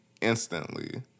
instantly